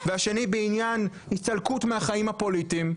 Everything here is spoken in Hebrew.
והשני בעניין הסתלקות מהחיים הפוליטיים,